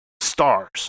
stars